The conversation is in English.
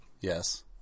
Yes